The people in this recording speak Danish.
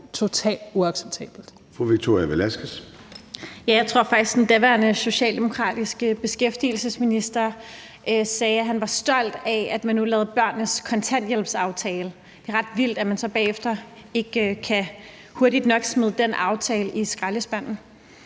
Velasquez (EL): Jeg tror faktisk, den daværende socialdemokratiske beskæftigelsesminister sagde, at han var stolt af, at man nu lavede børnenes kontanthjælpsaftale. Det er ret vildt, at man så bagefter ikke hurtigt nok kan smide den aftale i skraldespanden.